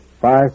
Five